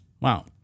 Wow